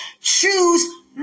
Choose